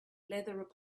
leather